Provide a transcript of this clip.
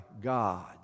God